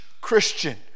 christian